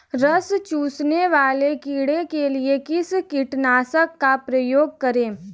रस चूसने वाले कीड़े के लिए किस कीटनाशक का प्रयोग करें?